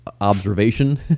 observation